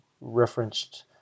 referenced